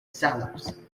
salads